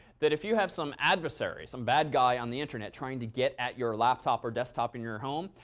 that if you have some adversary, some bad guy on the internet trying to get at your laptop or desktop in your home,